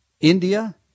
India